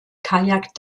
kajak